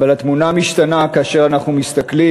אבל התמונה משתנה כאשר אנחנו מסתכלים